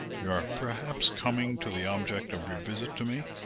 you are perhaps coming to the object of your visit to me?